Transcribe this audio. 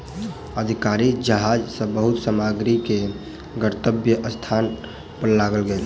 अधिकारी जहाज सॅ बहुत सामग्री के गंतव्य स्थान पर लअ गेल